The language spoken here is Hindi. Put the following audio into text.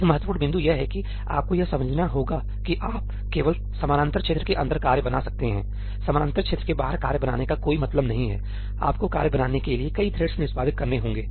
एक महत्वपूर्ण बिंदु यह है कि आपको यह समझना होगा कि आप केवल समानांतर क्षेत्र के अंदर कार्य बना सकते हैंसही हैसमानांतर क्षेत्र के बाहर कार्य बनाने का कोई मतलब नहीं है आपको कार्य बनाने के लिए कई थ्रेड्स निष्पादित करने होंगे